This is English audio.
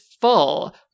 full